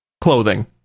clothing